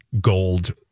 gold